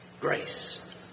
grace